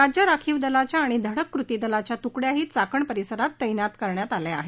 राज्य राखीव दलाच्या आणि धडक कृती दलाच्या तुकड्याही चाकण परिसरात तैनात करण्यात आल्या आहेत